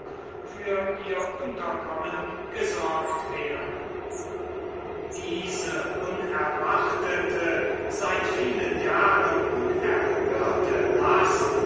für ihr unterkommen gesorgt wäre diese unerwartete seit vielen jahren unerhörte last